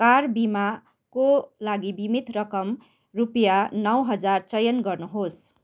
car बिमाको लागि बिमित रकम रुपियाँ नौ हजार चयन गर्नुहोस्